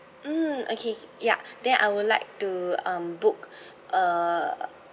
mm okay ya then I would like to um book a